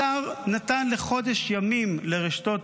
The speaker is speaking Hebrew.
השר נתן חודש ימים לרשתות